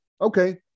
okay